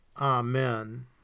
Amen